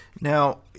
Now